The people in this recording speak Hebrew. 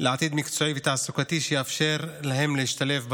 לעתיד מקצועי ותעסוקתי שיאפשר להם להשתלב בחברה.